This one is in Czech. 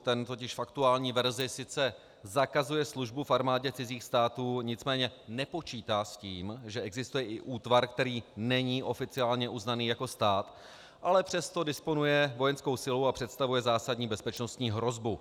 Ten totiž v aktuální verzi sice zakazuje službu v armádě cizích států, nicméně nepočítá s tím, že existuje i útvar, který není oficiálně uznaný jako stát, ale přesto disponuje vojenskou silou a představuje zásadní bezpečnostní hrozbu.